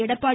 Edappadi